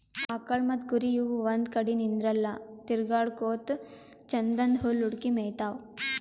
ಆಕಳ್ ಮತ್ತ್ ಕುರಿ ಇವ್ ಒಂದ್ ಕಡಿ ನಿಂದ್ರಲ್ಲಾ ತಿರ್ಗಾಡಕೋತ್ ಛಂದನ್ದ್ ಹುಲ್ಲ್ ಹುಡುಕಿ ಮೇಯ್ತಾವ್